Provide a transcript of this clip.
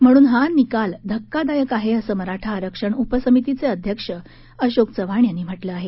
म्हणून हा निकाल धक्कादायक आहे असं मराठा आरक्षण उपसमितीचे अध्यक्ष अशोक चव्हाण यांनी म्हटलं आहे